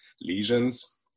lesions